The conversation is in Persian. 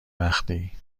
وقتی